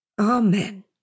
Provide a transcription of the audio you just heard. Amen